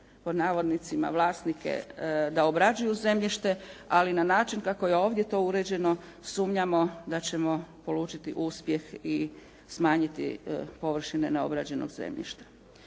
stimulirati "vlasnike" da obrađuju zemljište, ali na način kako je ovdje to uređeno sumnjamo da ćemo polučiti uspjeh i smanjiti površine neobrađenog zemljišta.